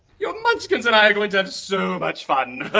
your munchkins and i are going to have so much fun!